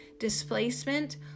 Displacement